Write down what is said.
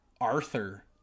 arthur